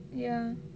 ya